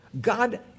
God